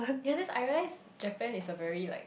ya just I realize Japan is a really like